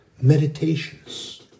Meditations